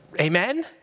Amen